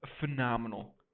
Phenomenal